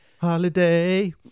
Holiday